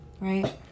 Right